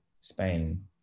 Spain